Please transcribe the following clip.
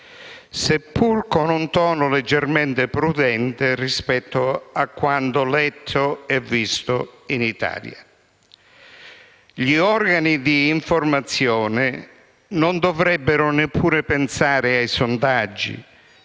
seppur con un tono leggermente più prudente rispetto a quanto letto e visto in Italia. Gli organi di informazione non dovrebbero neppure pensare ai sondaggi.